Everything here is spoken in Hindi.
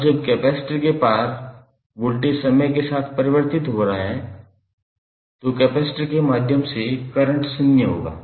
अब जब कैपेसिटर के पार वोल्टेज समय के साथ परिवर्तित हो रहा है तो कैपेसिटर के माध्यम से करंट शून्य होगा